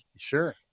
Sure